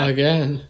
Again